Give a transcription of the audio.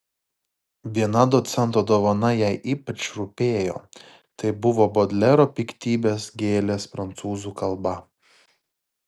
viena docento dovana jai ypač rūpėjo tai buvo bodlero piktybės gėlės prancūzų kalba